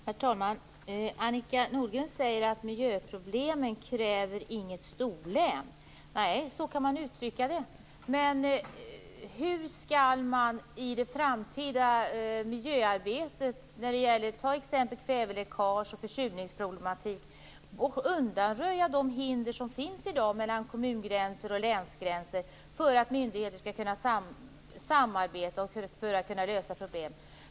Herr talman! Annika Nordgren säger att miljöproblemen inte kräver något storlän. Nej, så kan man uttrycka det. Men hur skall man i det framtida miljöarbetet - ta exemplet kväveläckage och försurningsproblematik - undanröja de hinder som i dag finns i form av kommungränser och länsgränser för att myndigheter skall kunna samarbeta och lösa problem?